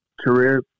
career